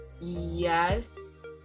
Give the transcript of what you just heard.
yes